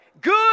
Good